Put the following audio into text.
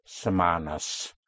Semanas